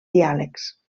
diàlegs